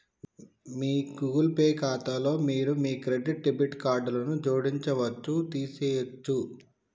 మీ Google Pay ఖాతాలో మీరు మీ క్రెడిట్, డెబిట్ కార్డులను జోడించవచ్చు, తీసివేయచ్చు